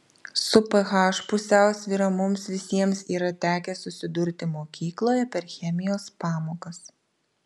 su ph pusiausvyra mums visiems yra tekę susidurti mokykloje per chemijos pamokas